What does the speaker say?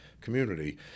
community